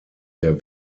der